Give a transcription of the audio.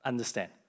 Understand